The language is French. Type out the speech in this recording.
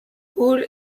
hull